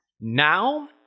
Now